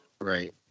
Right